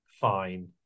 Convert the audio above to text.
fine